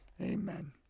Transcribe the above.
Amen